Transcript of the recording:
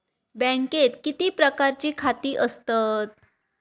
बँकेत किती प्रकारची खाती असतत?